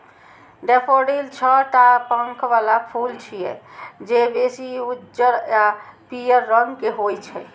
daffodil छह टा पंख बला फूल छियै, जे बेसी उज्जर आ पीयर रंग के होइ छै